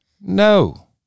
No